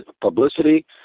publicity